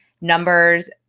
numbers